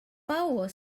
four